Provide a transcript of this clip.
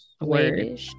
word